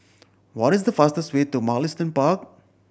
what is the fastest way to Mugliston Park